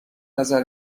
نظر